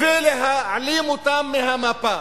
ולהעלים אותם מהמפה.